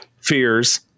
fears